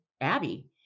Abby